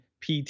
pt